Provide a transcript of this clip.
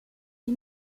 les